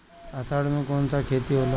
अषाढ़ मे कौन सा खेती होला?